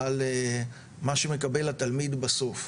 על מה שמקבל התלמיד בסוף.